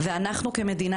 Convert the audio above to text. אז אנחנו כמדינה,